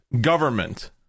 government